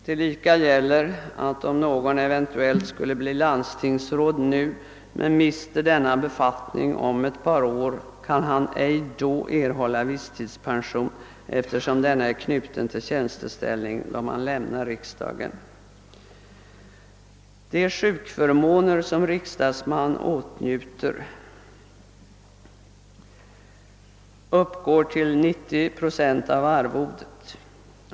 Tillika gäller att om någon eventuellt skulle bli landstingsråd nu men mister denna befattning om ett par år, kan han ej då erhålla visstidspension, eftersom denna är knuten till tjänsteställningen då man lämnar riksdagen. De sjukförmåner som riksdagsman åtnjuter uppgår till 90 procent av arvodet.